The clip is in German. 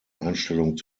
einstellung